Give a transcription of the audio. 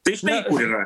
tai štai kur yra